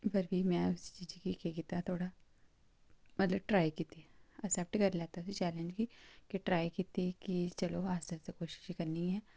इक्क बारी फ्ही में उस चीज़ै गी केह् कीता थोह्ड़ा मतलब ट्राई कीती एक्सेप्ट करी लैता चैलेंज गी ट्राई कीती चलो आस्तै आस्तै कोशिश करनी आं